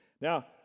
Now